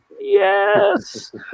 Yes